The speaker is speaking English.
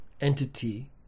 entity